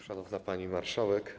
Szanowna Pani Marszałek!